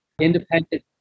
independent